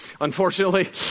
unfortunately